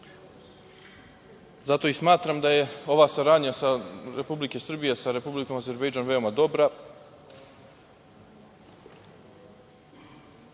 dug. Zato smatram da je ova saradnja Republike Srbije sa Republikom Azerbejdžan veoma dobra,